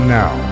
now